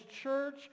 church